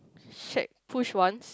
shack push once